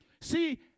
See